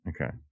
Okay